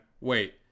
Wait